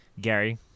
Gary